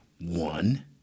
one